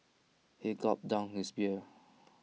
he gulped down his beer